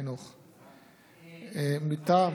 מטעם